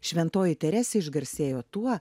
šventoji teresė išgarsėjo tuo